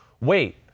wait